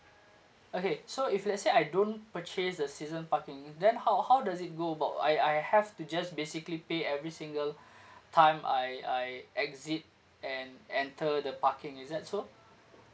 okay so if let's say I don't purchase the season parking then how how does it go about I I have to just basically pay every single time I I exit and enter the parking is that so